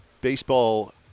baseball